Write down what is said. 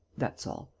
that's all.